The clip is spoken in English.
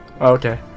Okay